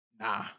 Nah